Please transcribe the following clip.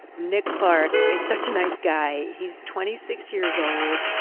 nick clark is such a nice guy. he's twenty six years old,